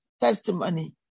testimony